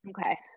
Okay